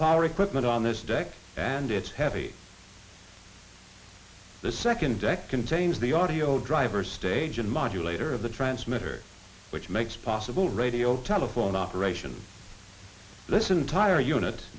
power equipment on this deck and it's heavy the second deck contains the audio driver stage and modulator of the transmitter which makes possible radio telephone operation listen tire unit